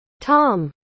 Tom